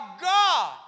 God